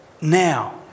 now